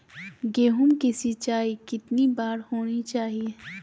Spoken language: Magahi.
गेहु की सिंचाई कितनी बार होनी चाहिए?